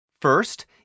First